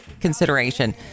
consideration